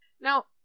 Now